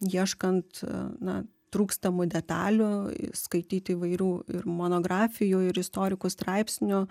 ieškant na trūkstamų detalių skaityt įvairių ir monografijų ir istorikų straipsnių